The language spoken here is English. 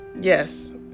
Yes